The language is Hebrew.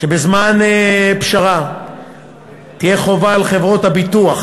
את זה שבזמן פשרה תהיה חובה על חברות הביטוח